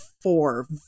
four